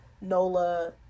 Nola